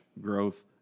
growth